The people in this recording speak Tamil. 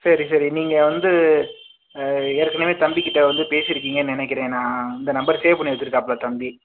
சரி சரி நீங்கள் வந்து ஏற்கனவே தம்பிக்கிட்ட வந்து பேசிறிக்கீங்கன்னு நினைக்கிறேன் நான் இந்த நம்பர் சேவ் பண்ணி வச்சுருக்காப்புல தம்பி